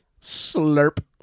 Slurp